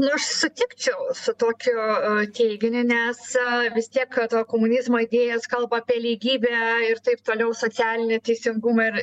aš sutikčiau su tokiu teiginiu nes vis tiek to komunizmo idėjos kalba apie lygybę ir taip toliau socialinį teisingumą ir